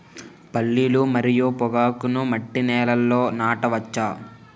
పల్లీలు మరియు పొగాకును మట్టి నేలల్లో నాట వచ్చా?